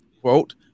Quote